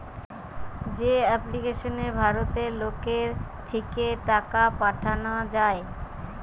যে এপ্লিকেশনে ভারতের লোকের থিকে টাকা পাঠানা যায়